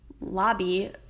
lobby